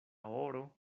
oro